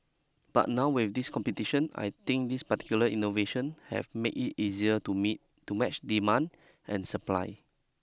but now with this competition I think this particular innovation have made it easier to to match demand and supply